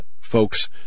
folks